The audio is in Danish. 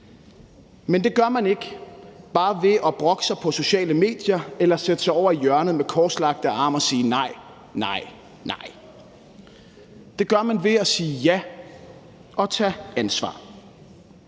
Men det gør man ikke bare ved at brokke sig på sociale medier eller sætte sig over i hjørnet med korslagte arme og sige nej. Det gør man ved at sige ja og tage ansvar.